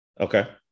Okay